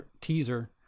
teaser